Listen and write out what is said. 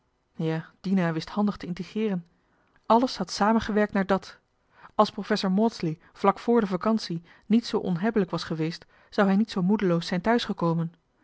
ja dien wist handig te intrigeeren alles had samengewerkt naar dat als professor maudsley vlak vr de vacantie niet zoo onhebbelijk was geweest zou hij niet zoo moedeloos zijn